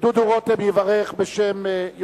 אתה יכול להביא את מרשם התושבים ולהודות לכל אזרחי מדינת ישראל.